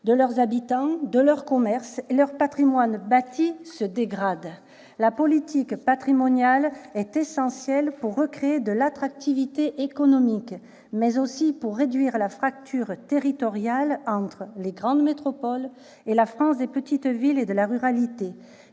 de leurs habitants et de leurs commerces, leurs patrimoines bâtis se dégradent. La politique patrimoniale est essentielle pour recréer de l'attractivité économique, mais aussi pour réduire la fracture territoriale entre les grandes métropoles et la France des petites villes et de la ruralité.